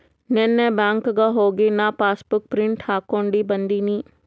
ನೀನ್ನೇ ಬ್ಯಾಂಕ್ಗ್ ಹೋಗಿ ನಾ ಪಾಸಬುಕ್ ಪ್ರಿಂಟ್ ಹಾಕೊಂಡಿ ಬಂದಿನಿ